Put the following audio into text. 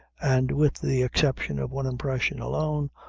and, with the exception of one impression alone,